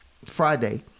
Friday